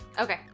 Okay